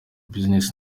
business